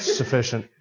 sufficient